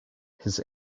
his